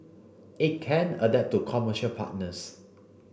it can adapt to commercial partners